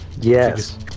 Yes